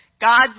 God's